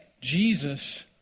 Jesus